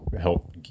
help